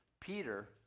peter